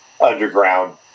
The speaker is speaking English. underground